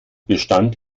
bestand